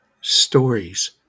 stories